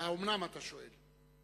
"האומנם?", אתה שואל.